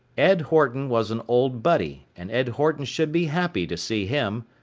ed horton was an old buddy and ed horton should be happy to see him.